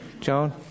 Joan